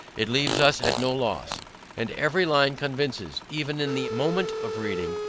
it leaves us at no loss and every line convinces, even in the moment of reading,